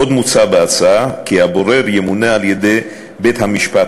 עוד מוצע כי הבורר ימונה על-ידי בית-המשפט